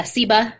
Siba